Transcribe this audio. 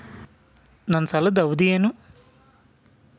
ನನ್ನ ಸಾಲದ ಅವಧಿ ಏನು?